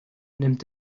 nimmt